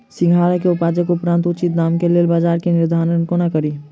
सिंघाड़ा केँ उपजक उपरांत उचित दाम केँ लेल बजार केँ निर्धारण कोना कड़ी?